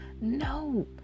No